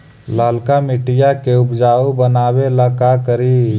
लालका मिट्टियां के उपजाऊ बनावे ला का करी?